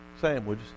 sandwich